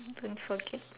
don't forget